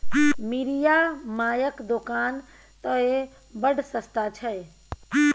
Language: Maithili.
मिरिया मायक दोकान तए बड़ सस्ता छै